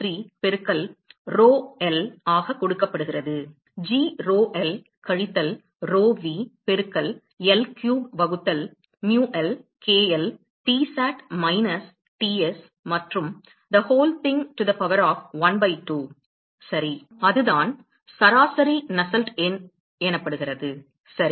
943 பெருக்கல் rho l ஆக கொடுக்கப்படுகிறது g rho l கழித்தல் rho v பெருக்கல் L கியூப் வகுத்தல் mu l k l Tsat minus Ts மற்றும் the whole thing to the power of 1 by 2 சரி அதுதான் சராசரி நஸ்ஸெல்ட் எண் சரி